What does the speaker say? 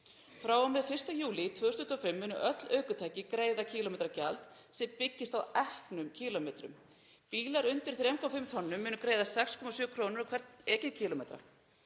Frá og með 1. júlí 2025 munu öll ökutæki greiða kílómetragjald sem byggist á eknum kílómetrum. Bílar undir 3,5 tonnum munu greiða 6,7 kr. á hvern ekinn kílómetra.